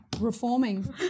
reforming